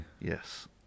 Yes